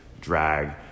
drag